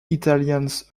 italians